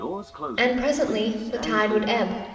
and presently the tide would ebb.